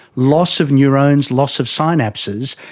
loss of neurons, loss of synapses,